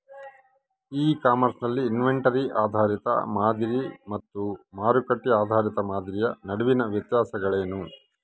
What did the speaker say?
E commerce ನಲ್ಲಿ inventory ಆಧಾರಿತ ಮಾದರಿ ಮತ್ತು ಮಾರುಕಟ್ಟೆ ಆಧಾರಿತ ಮಾದರಿಯ ನಡುವಿನ ವ್ಯತ್ಯಾಸಗಳೇನು?